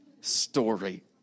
story